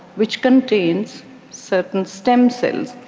which contains certain stem cells.